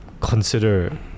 consider